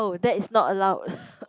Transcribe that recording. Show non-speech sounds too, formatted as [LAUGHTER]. oh that is not allowed [LAUGHS]